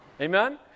amen